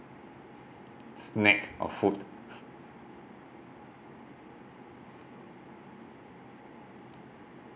snack or food